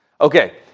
Okay